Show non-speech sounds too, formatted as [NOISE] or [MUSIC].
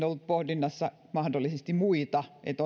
[UNINTELLIGIBLE] ollut pohdinnassa myöskin mahdollisesti muita